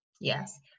Yes